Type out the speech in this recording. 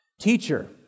teacher